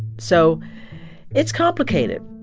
so it's complicated